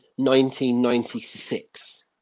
1996